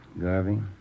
Garvey